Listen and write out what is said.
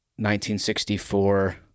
1964